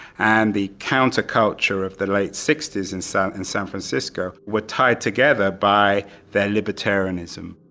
and the counter culture of the late sixty s in so and san francisco, were tied together by the libertarianism.